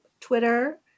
Twitter